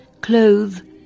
clothe